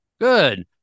Good